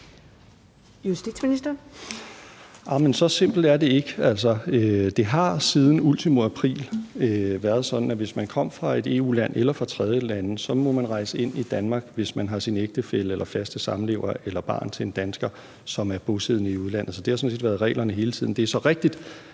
(Nick Hækkerup): Så simpelt er det ikke. Det har siden ultimo april været sådan, at hvis man kommer fra et EU-land eller et tredjeland, må man rejse ind i Danmark, hvis man er ægtefælle eller fast samlever eller barn til en dansker, som er bosiddende i udlandet. Så det har sådan set været reglerne hele tiden. Det er så rigtigt,